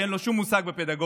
שאין לו שום מושג בפדגוגיה,